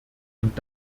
und